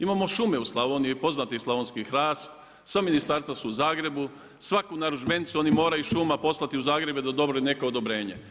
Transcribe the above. Imamo šume u Slavoniji i poznati slavenski hrast, sva ministarstva su u Zagrebu, svaku narudžbenicu, oni moraju šuma poslati u Zagreb da dobiju neko odobrenje.